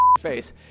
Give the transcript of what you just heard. face